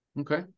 Okay